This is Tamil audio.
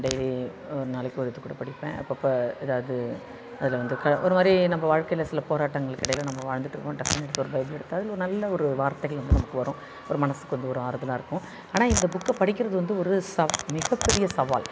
டெய்லி ஒரு நாளைக்கு ஒரு இது கூட படிப்பேன் அப்பப்போ எதாவது அதில் வந்து க ஒரு மாதிரி நம்ப வாழ்க்கையில் சில போராட்டங்களுக்கு இடையில் நம்ம வாழ்ந்துகிட்டு இருப்போம் டக்குன்னு எடுத்து ஒரு பைபிளை எடுத்து அதில் ஒரு நல்ல ஒரு வார்த்தைகள் வந்து நமக்கு வரும் ஒரு மனசுக்கு வந்து ஒரு ஆறுதலாக இருக்கும் ஆனால் இந்த புக்கை படிக்கிறது வந்து ஒரு ச மிகப்பெரிய சவால்